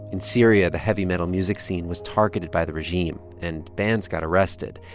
in syria, the heavy metal music scene was targeted by the regime, and bands got arrested.